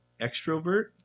extrovert